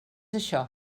això